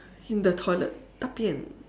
in the toilet 大便